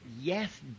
yes